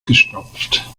gestopft